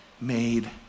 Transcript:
made